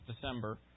December